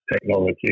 technology